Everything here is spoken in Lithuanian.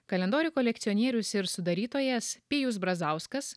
kalendorių kolekcionierius ir sudarytojas pijus brazauskas